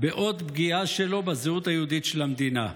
בעוד פגיעה שלו בזהות היהודית של המדינה.